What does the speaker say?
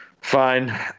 Fine